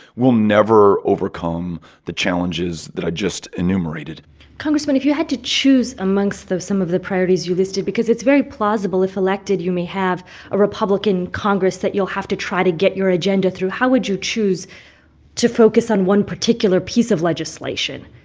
we'll never overcome the challenges that i just enumerated congressman, if you had to choose amongst those, some of the priorities you listed because it's very plausible, if elected, you may have a republican congress that you'll have to try to get your agenda through how would you choose to focus on one particular piece of legislation?